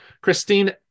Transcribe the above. christine